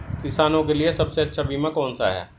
किसानों के लिए सबसे अच्छा बीमा कौन सा है?